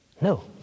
No